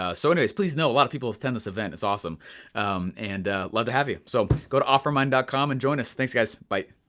ah so anyways, please know a lotta people attend this event, it's awesome and love to have you. so, go to offermind dot com and join us, thanks guys, bye.